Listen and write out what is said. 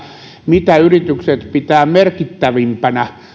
mitä yritykset pitävät merkittävimpänä